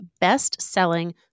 best-selling